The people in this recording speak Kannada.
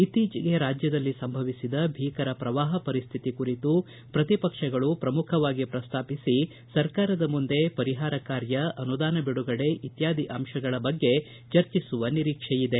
ಇತ್ತೀಚಿಗೆ ರಾಜ್ಯದಲ್ಲಿ ಸಂಭವಿಸಿದ ಪ್ರವಾಹ ಪರಿಸ್ಥಿತಿ ಕುರಿತು ಪ್ರತಿಪಕ್ಷಗಳು ಪ್ರಮುಖವಾಗಿ ಪ್ರಸ್ತಾಪಿಸಿ ಸರ್ಕಾರದ ಮುಂದೆ ಪರಿಹಾರ ಕಾರ್ಯ ಅನುದಾನ ಬಿಡುಗಡೆ ಇತ್ಯಾದಿ ಅಂಶಗಳ ಬಗ್ಗೆ ಚರ್ಚೆ ನಡೆಯುವ ಸಾಧ್ಯತೆಯಿದೆ